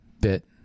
bit